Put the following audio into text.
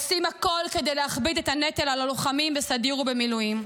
עושים הכול כדי להכביד את הנטל על הלוחמים בסדיר ובמילואים.